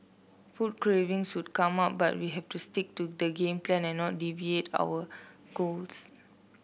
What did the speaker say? food cravings would come up but we have to stick to the game plan and not deviate our goals